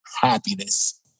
happiness